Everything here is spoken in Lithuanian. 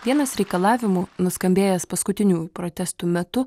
vienas reikalavimų nuskambėjęs paskutiniųjų protestų metu